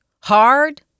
hard